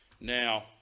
Now